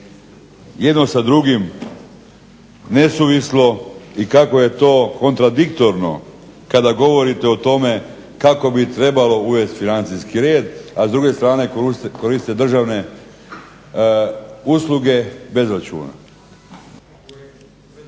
jedno sa drugim nesuvislo i kako je to kontradiktorno kada govorite o tome kako bi trebalo uvest financijski red, a s druge strane koristite državne usluge bez računa.